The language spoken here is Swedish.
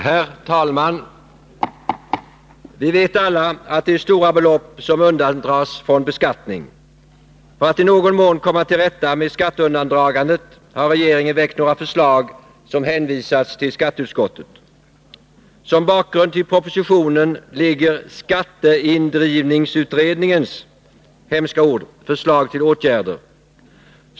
Herr talman! Vi vet alla att det är stora belopp som undandras från beskattning. För att i någon mån komma till rätta med skatteundandragandet har regeringen väckt några förslag som hänvisats till skatteutskottet. Som bakgrund till propositionen ligger skatteindrivningsutredningens-— ett hemskt ord — förslag till åtgärder.